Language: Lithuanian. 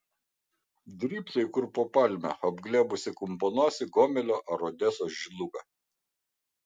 drybsai kur po palme apglėbusi kumpanosį gomelio ar odesos žyduką